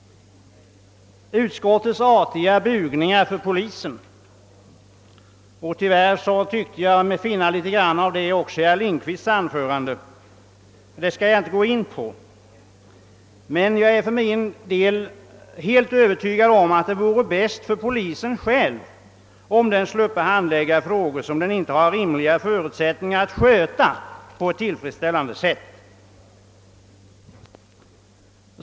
Utskottets artiga bugningar för polisen — och tyvärr tyckte jag mig märka något av det också i herr Lindkvists anförande — skall jag inte gå in på. Men jag är för min del helt övertygad om att det vore bäst för polisen själv om den sluppe handlägga frågor, som den inte har rimliga förutsättningar att sköta på ett tillfredsställande sätt.